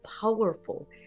powerful